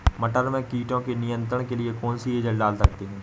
मटर में कीटों के नियंत्रण के लिए कौन सी एजल डाल सकते हैं?